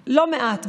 בלא מעט,